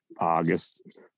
August